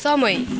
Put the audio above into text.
समय